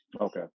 okay